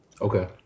Okay